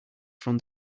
from